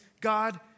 God